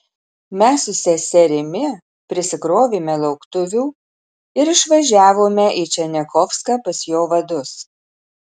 mes su seserimi prisikrovėme lauktuvių ir išvažiavome į černiachovską pas jo vadus